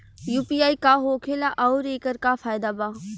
UPI का होखेला आउर एकर का फायदा बा?